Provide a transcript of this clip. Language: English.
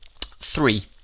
Three